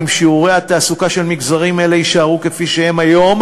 אם שיעורי התעסוקה של מגזרים אלו יישארו כפי שהם היום,